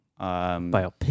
Biopic